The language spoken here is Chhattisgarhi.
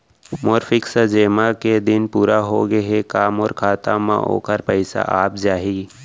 मोर फिक्स जेमा के दिन पूरा होगे हे का मोर खाता म वोखर पइसा आप जाही?